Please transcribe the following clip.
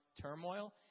turmoil